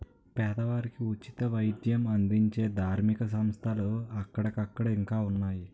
పేదవారికి ఉచిత వైద్యం అందించే ధార్మిక సంస్థలు అక్కడక్కడ ఇంకా ఉన్నాయి